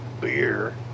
beer